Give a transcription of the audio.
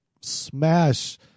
smash